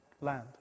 land